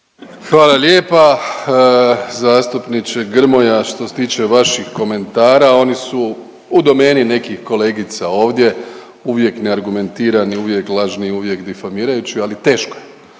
Hvala lijepa. Zastupniče Grmoja što se tiče vaših komentara oni su u domeni nekih kolegica ovdje, uvijek neargumentirani, uvijek lažni, uvijek difamirajući ali teško